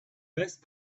best